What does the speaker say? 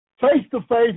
face-to-face